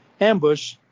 ambush